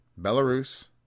Belarus